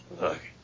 Look